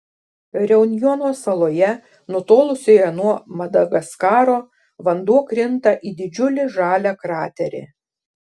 reunjono saloje nutolusioje nuo madagaskaro vanduo krinta į didžiulį žalią kraterį